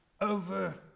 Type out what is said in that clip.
over